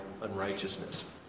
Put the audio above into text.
unrighteousness